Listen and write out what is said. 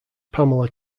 pamela